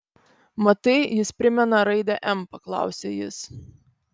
matai jis primena raidę m paklausė jis